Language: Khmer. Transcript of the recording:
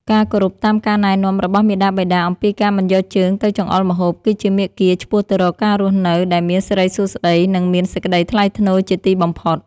ការគោរពតាមការណែនាំរបស់មាតាបិតាអំពីការមិនយកជើងទៅចង្អុលម្ហូបគឺជាមាគ៌ាឆ្ពោះទៅរកការរស់នៅដែលមានសិរីសួស្តី និង មានសេចក្តីថ្លៃថ្នូរជាទីបំផុត។